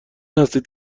هستید